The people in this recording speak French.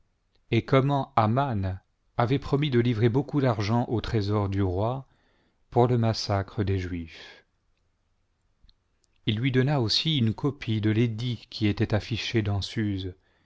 et comment aman avait promis de livrer beaucoup d'argent au trésor du roi pour le massacre des juifs il lui donna aussi une copie de l'édit qui était affiché dans